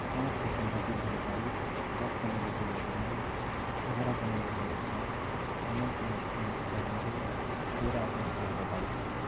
पाँच दिसम्बर दुई हजार बाइस दस नोभेम्बर दुई हजार नौ एघार जनवरी दुई हजार छ उन्नाइस मार्च उन्नाइस सौ चौरानब्बे तेह्र अगस्त दुई हजार बाइस